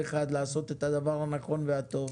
כל אחד יוכל לעשות את הדבר הנכון והטוב